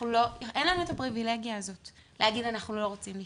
אין לנו את הפריבילגיה הזאת להגיד אנחנו לא רוצים לשמוע.